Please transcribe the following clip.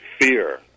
fear